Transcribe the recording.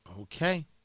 Okay